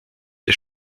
des